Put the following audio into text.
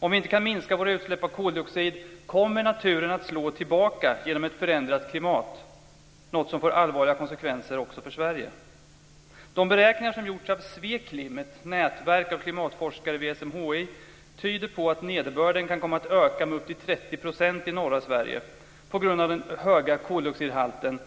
Om vi inte kan minska våra utsläpp av koldioxid kommer naturen att slå tillbaka genom ett förändrat klimat, något som får allvarliga konsekvenser också för Sverige. De beräkningar som gjorts av ett nätverk av klimatforskare vid SMHI tyder på att nederbörden kan komma att öka med upp till 30 % i norra Sverige på grund av den höga koldioxidhalten